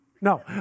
No